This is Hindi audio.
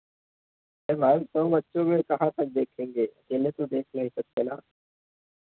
पर मैम उन बच्चों को कहाँ तक देखेंगे उन्हें तो देख नहीं सकते